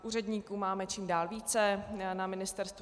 Úředníků máme čím dál více na ministerstvu.